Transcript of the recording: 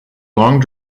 long